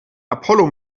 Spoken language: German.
apollo